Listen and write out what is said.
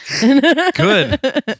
good